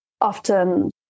often